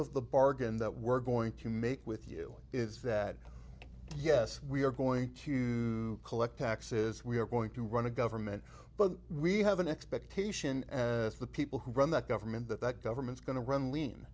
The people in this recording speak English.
of the bargain that we're going to make with you is that yes we are going to collect taxes we're going to run a government but we have an expectation that the people who run that government that that government's going to run lean